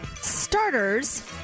starters